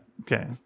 Okay